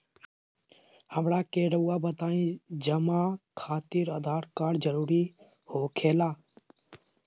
हमरा के रहुआ बताएं जमा खातिर आधार कार्ड जरूरी हो खेला?